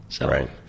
Right